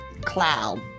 Cloud